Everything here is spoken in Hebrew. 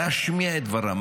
להשמיע את דברם.